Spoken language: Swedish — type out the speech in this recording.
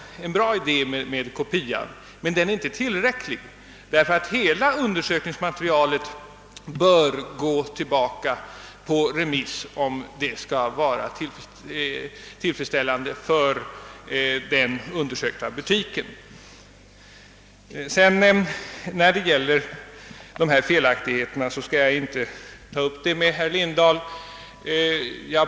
Jag tycker i och för sig att denna idé med en kopia av noteringarna är bra, men åtgärden är inte tillräcklig, ty hela undersökningsmaterialet bör gå tillbaka på remiss, om systemet skall vara tillfredsställande för den undersökta butiken. Jag skall inte med herr Lindahl ytters ligare diskutera de påtalade felaktigheterna.